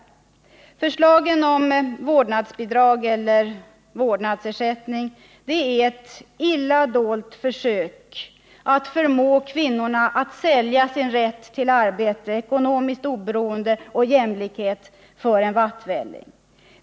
Förslagen om vårdnadsbidrag eller vårdnadsersättning är ett illa dolt försök att förmå kvinnorna att sälja sin rätt till arbete, ekonomiskt oberoende och jämlikhet för en vattvälling.